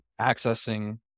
accessing